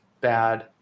bad